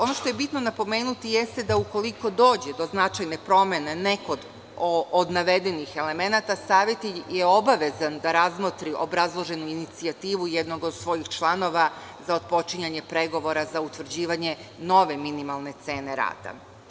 Ono što je bitno napomenuti jeste da ukoliko dođe do značajne promene nekog od navedenih elemenata Savet je obavezan da razmotri obrazloženu inicijativu jednog od svojih članova za otpočinjanje pregovora za utvrđivanje nove minimalne cene rada.